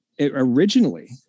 Originally